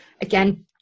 again